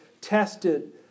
tested